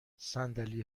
صندلی